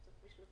גננת